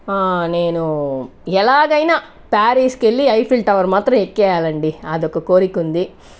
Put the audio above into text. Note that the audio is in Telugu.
నేను ఎలాగైనా ప్యారిస్కి వెళ్లి ఐఫిల్ టవర్ మాత్రం ఎక్కేయాలండీ అదొక కోరిక ఉంది